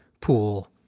pool